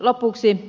lopuksi